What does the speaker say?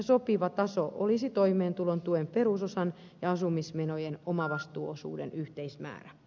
sopiva taso olisi toimeentulotuen perusosan ja asumismenojen omavastuuosuuden yhteismäärä